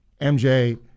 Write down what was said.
MJ